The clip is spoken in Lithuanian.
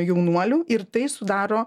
jaunuolių ir tai sudaro